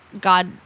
God